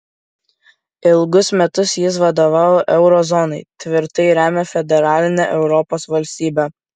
ilgus metus jis vadovavo euro zonai tvirtai remia federalinę europos valstybę